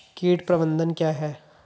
कीट प्रबंधन क्या है?